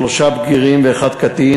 שלושה בגירים ואחד קטין.